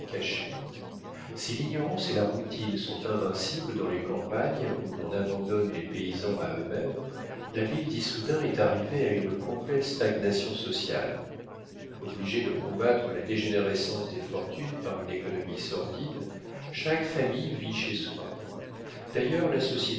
si l'ignorance et la routine sont invincibles dans les campagnes où l'on abandonne les paysans à eux-mêmes la ville d'issoudun est arrivée à une complète stagnation sociale obligée de combattre la dégénérescence des fortunes par une économie sordide chaque famille vit chez soi d'ailleurs la société